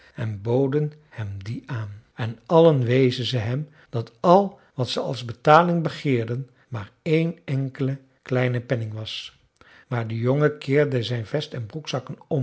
en boden hem die aan en allen wezen ze hem dat al wat ze als betaling begeerden maar één enkele kleine penning was maar de jongen keerde zijn vest en broekzakken